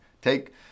Take